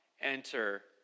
enter